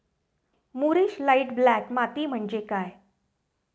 मूरिश light black माती म्हणजे काय?